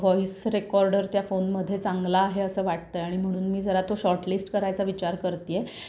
voice recorder त्या फोनमध्ये चांगला आहे असं वाटत आहे आणि म्हणून मी जरा तो शॉर्टलिस्ट करायचा विचार करत आहे